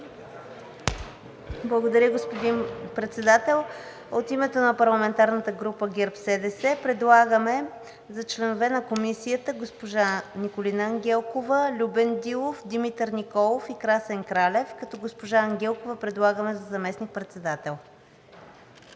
Благодаря, господин Председател. От името на парламентарната група на ГЕРБ-СДС предлагам за членове на Комисията госпожа Николина Ангелкова, Любен Дилов, Димитър Николов и Красен Кралев, като госпожа Ангелкова предлагаме за заместник-председател.